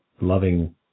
loving